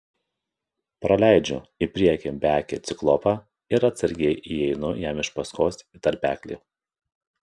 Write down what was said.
praleidžiu į priekį beakį ciklopą ir atsargiai įeinu jam iš paskos į tarpeklį